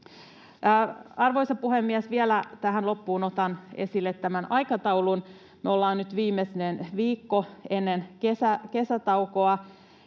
Arvoisa puhemies! Vielä tähän loppuun otan esille tämän aikataulun. Meillä on nyt viimeinen viikko ennen kesätaukoa.